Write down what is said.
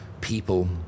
people